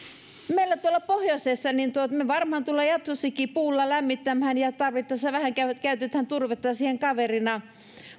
tuolla pohjoisessa me varmaan tulemme jatkossakin puulla lämmittämään ja tarvittaessa käytämme vähän turvetta siihen kaverina